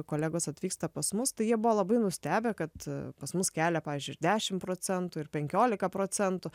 kolegos atvyksta pas mus tai jie buvo labai nustebę kad pas mus kelia pavyzdžiui ir dešimt procentų ir penkiolika procentų